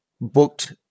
booked